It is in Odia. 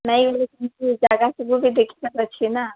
ନାଇଁ ଜାଗା ସବୁ ବି ଦେଖିବାର ଅଛି ନା